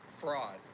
fraud